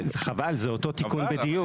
חבל, זה אותו תיקון בדיוק.